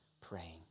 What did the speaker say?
praying